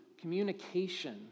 communication